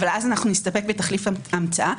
אבל אז אנחנו נסתפק בתחליף המצאה.